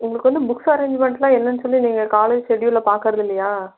உங்களுக்கு வந்து புக்ஸ் அரேன்ஞ்மென்ட்டுலாம் என்னென்னு சொல்லி நீங்கள் காலேஜ் ஷெட்யூலில் பார்க்கறதில்லையா